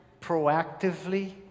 proactively